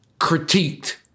critiqued